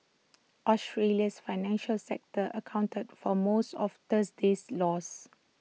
Australia's financial sector accounted for most of Thursday's loss